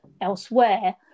elsewhere